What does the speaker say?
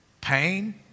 Pain